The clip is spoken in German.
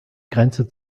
grenze